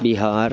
Bihar